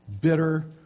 bitter